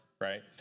right